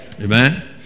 Amen